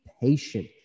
patient